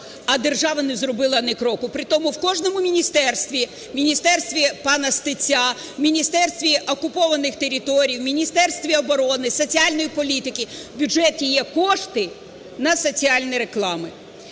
а держава не зробила ні кроку. Притому в кожному міністерстві, в міністерстві пана Стеця, в міністерстві окупованих територій, в Міністерстві оборони, соціальної політики в бюджеті є кошти на соціальні реклами.